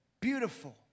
beautiful